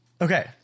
Okay